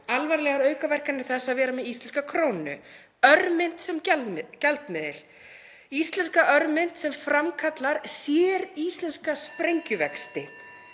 alvarlegar aukaverkanir þess að vera með íslenska krónu og örmynt sem gjaldmiðil, íslenska örmynt sem framkallar séríslenska sprengjuvexti.